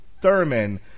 Thurman